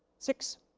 six.